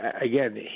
again